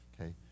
okay